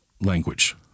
language